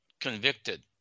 convicted